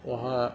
وہاں